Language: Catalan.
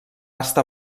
estar